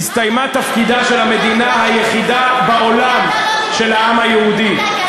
הסתיים תפקידה של המדינה היחידה בעולם של העם היהודי.